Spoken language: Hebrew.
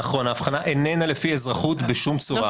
נכון, ההבחנה איננה לפי אזרחות בשום צורה.